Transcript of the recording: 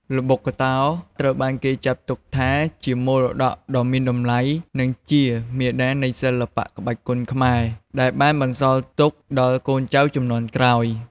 ល្បុក្កតោ ត្រូវបានគេចាត់ទុកថាជា មរតកដ៏មានតម្លៃ និងជាមាតានៃសិល្បៈក្បាច់គុនខ្មែរ ដែលបានបន្សល់ទុកដល់កូនចៅជំនាន់ក្រោយ។